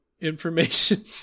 information